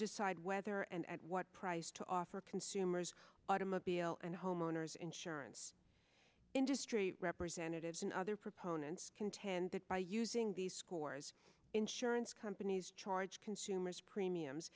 decide whether and at what price to offer consumers automobile and homeowners insurance this industry representatives and other proponents contend that by using these scores insurance companies charge consumers premiums